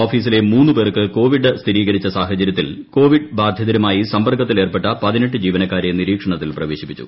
ഓഫീസിലെ മൂന്ന് പേർക്ക് കൊവിഡ് സ്ഥിരീകരിച്ച സാഹചര്യത്തിൽ കൊവിഡ് ബാധിതരുമായി സമ്പർക്കത്തിൽ ക്ല ഏർപ്പെട്ട പതിനെട്ട് ജീവനക്കാരെ നിരീക്ഷണത്തിൽ പ്രപ്പ്പേശിപ്പിച്ചു